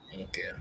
Okay